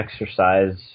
exercise